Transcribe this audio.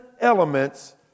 elements